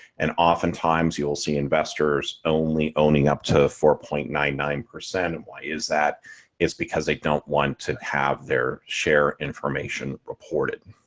and oftentimes, you will see investors only owning up to four point nine nine. and why is that is because they don't want to have their share information reported